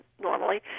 normally